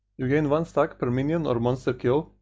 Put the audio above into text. you gain one stack per minion or monster kill,